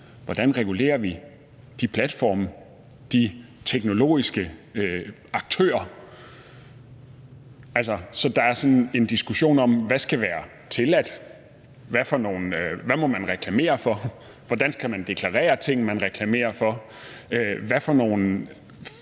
hvordan vi regulerer de platforme og de teknologiske aktører, så der er en diskussion om, hvad der skal være tilladt, hvad man må reklamere for, hvordan man skal deklarere ting, man reklamerer for, og hvilke